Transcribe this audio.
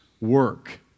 work